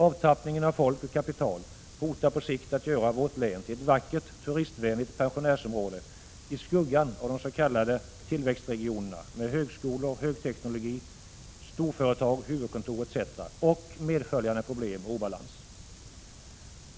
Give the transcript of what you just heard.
Avtappningen av folk och kapital hotar på sikt att göra vårt län till ett vackert, turistvänligt pensionärsområde i skuggan av de s.k. tillväxtregionerna, med deras högskolor, högteknologi, storföretag, huvudkontor etc. och därmed sammanhängande problem och obalanser.